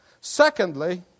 Secondly